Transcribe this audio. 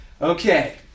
Okay